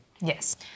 Yes